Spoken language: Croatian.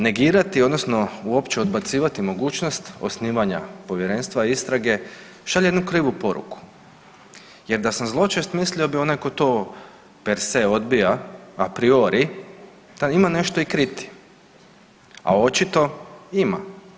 Negirati odnosno uopće odbacivati mogućnost osnivanja povjerenstva istrage šalje jednu krivu poruku, jer da sam zločest mislio bih da onaj tko perse odbija a priori taj ima nešto i kriti, a čito ima.